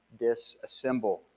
disassemble